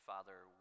Father